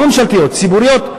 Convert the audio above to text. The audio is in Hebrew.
לא ממשלתיות, ציבוריות.